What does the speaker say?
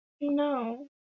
no